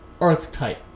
archetype